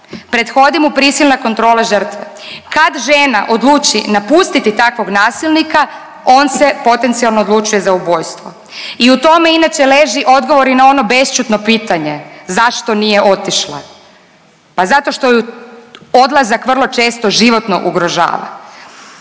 prethodi mu prisilna kontrola žrtve. Kad žena odluči napustiti takvog nasilnika on se potencijalno odlučuje za ubojstvo. I u tome inače leži odgovor i na ono bešćutno pitanje zašto nije otišla? Pa zato što ju odlazak vrlo često životno ugrožava.